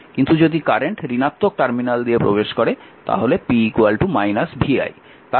কিন্তু যদি কারেন্ট ঋণাত্মক টার্মিনাল দিয়ে প্রবেশ করে তাহলে p vi